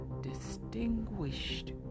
Distinguished